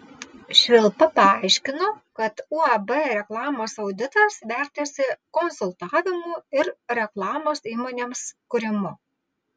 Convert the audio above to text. švilpa paaiškino kad uab reklamos auditas vertėsi konsultavimu ir reklamos įmonėms kūrimu